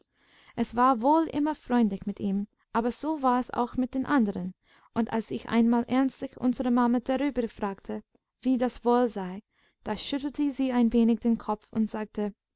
es war wohl immer freundlich mit ihm aber so war es auch mit den anderen und als ich einmal ernstlich unsere mama darüber fragte wie das wohl sei da schüttelte sie ein wenig den kopf und sagte